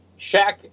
Shaq